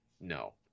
no